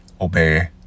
obey